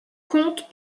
compte